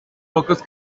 pocos